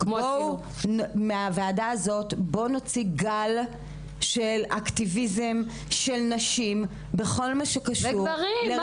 בואו נוציא גל של אקטיביזם של נשים -- וגברים.